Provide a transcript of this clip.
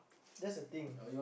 that's the thing